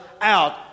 out